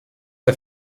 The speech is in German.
der